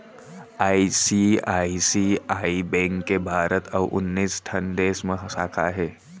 ICICI bank के भारत अउ उन्नीस ठन देस म साखा हे